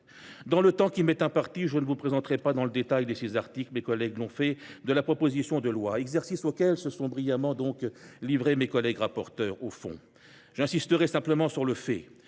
Dans le temps qui m’est imparti, je ne vous présenterai pas dans le détail les six articles de la proposition de loi, exercice auquel se sont brillamment livrés les rapporteurs au fond. J’insisterai simplement sur le fait